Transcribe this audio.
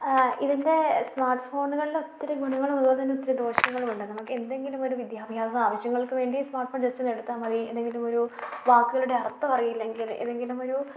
ഇതിൻ്റെ സ്മാർട്ട് ഫോണുകളിൽ ഒത്തിരി ഗുണങ്ങളും അതുപോലെ തന്നെ ഒത്തിരി ദോഷങ്ങളുമുണ്ട് നമുക്ക് എന്തെങ്കിലും ഒരു വിദ്യാഭ്യാസ ആവശ്യങ്ങൾക്കുവേണ്ടി സ്മാർട്ട് ഫോൺ ജസ്റ്റ് ഒന്ന് എടുത്താൽ മതി എന്തെങ്കിലും ഒരു വാക്കുകളുടെ അർഥം അറിയില്ലെങ്കിൽ എതെങ്കിലും ഒരു